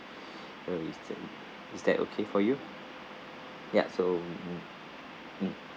is that okay for you ya so mm